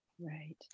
Right